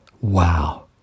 Wow